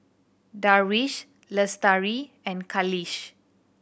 Darwish Lestari and Khalish